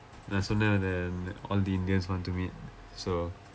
நான் சொன்னேன் தானே:naan sonneen thaanee all the indians wanted to meet so